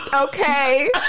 Okay